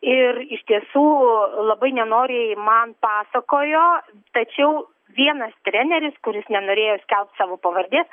ir iš tiesų labai nenoriai man pasakojo tačiau vienas treneris kuris nenorėjo skelbt savo pavardės